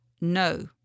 No